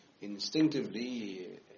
Instinctively